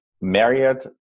Marriott